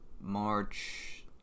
March